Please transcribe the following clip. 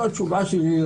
הזויים,